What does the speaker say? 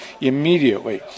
immediately